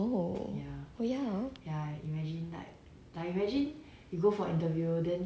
oh oh ya ha